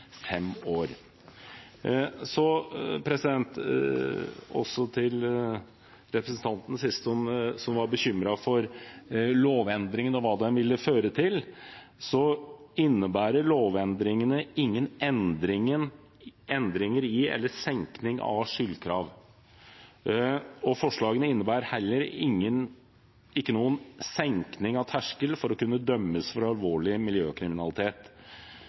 fem år. Til forrige taler, som var bekymret for lovendringen og hva den ville føre til: Lovendringene innebærer ingen endringer i eller senking av skyldkrav. Forslagene innebærer heller ikke noen senking av terskelen for å kunne dømmes for alvorlig miljøkriminalitet.